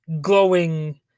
glowing